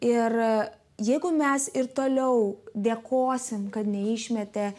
ir jeigu mes ir toliau dėkosim kad neišmetė